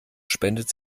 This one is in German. spendet